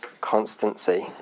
constancy